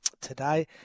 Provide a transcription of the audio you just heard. today